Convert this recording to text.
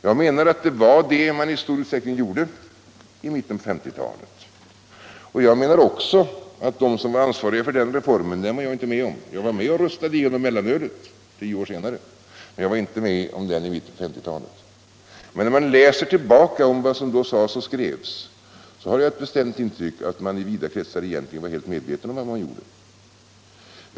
Jag menar att det var det man i stor utsträckning gjorde i mitten av 1950-talet. Jag menar också att de som var ansvariga för den reformen egentligen var helt medvetna om vad man gjorde. Jag var inte med om att fatta det beslutet — däremot var jag med om att rösta igenom mellanölet tio år senare — men när jag läser vad som då sades och skrevs får jag ett bestämt intryck av att det förhåller sig på det sättet.